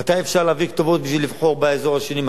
מתי אפשר להעביר כתובות בשביל לבחור באזור השני,